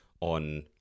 on